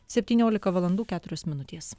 septyniolika valandų keturios minutės